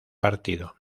partido